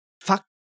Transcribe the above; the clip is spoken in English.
Fuck